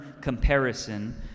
comparison